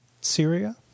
Syria